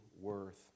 worth